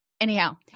anyhow